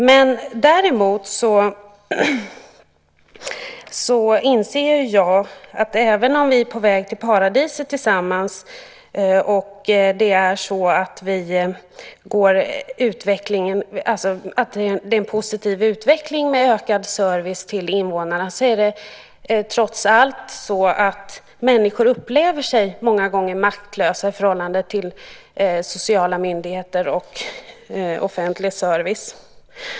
Men jag inser att även om vi tillsammans är på väg till paradiset och även om det är en positiv utveckling med ökad service till invånarna är det trots allt så att människor många gånger upplever sig maktlösa i förhållande till sociala myndigheter och offentlig service.